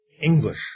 English